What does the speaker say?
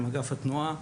עם אגף התנועה.